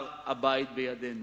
הר-בית בידינו".